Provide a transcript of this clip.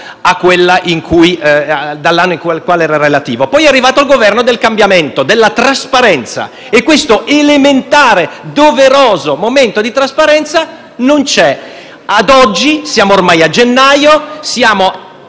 a quello cui si riferiva. Poi è arrivato il Governo del cambiamento, della trasparenza e questo elementare, doveroso momento di trasparenza non c'è. Ad oggi, siamo ormai a gennaio, siamo